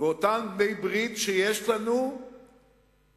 אותם בעלי-ברית שיש לנו מתקשים,